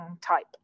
type